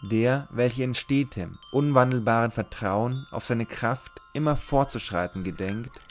der welcher in stetem unwandelbaren vertrauen auf seine kraft immer fortzuschreiten gedenkt